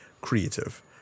creative